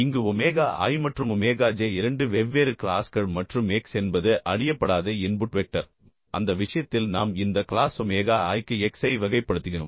இங்கு omega i மற்றும் omega j இரண்டு வெவ்வேறு க்ளாஸ்கள் மற்றும் x என்பது அறியப்படாத இன்புட் வெக்டர் அந்த விஷயத்தில் நாம் இந்த க்ளாஸ் ஒமேகா i க்கு x ஐ வகைப்படுத்துகிறோம்